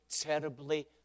terribly